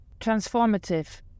transformative